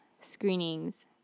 screenings